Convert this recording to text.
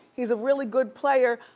he's a really good player.